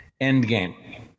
Endgame